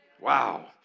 Wow